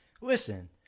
listen